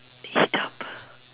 heat up